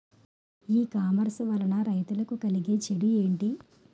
ఈ కామర్స్ వలన రైతులకి కలిగే చెడు ఎంటి?